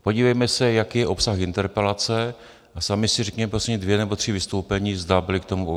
Podívejme se, jaký je obsah interpelace, a sami si řekněte, prosím, dvě nebo tři vystoupení, zda byly k tomu .